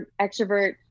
extrovert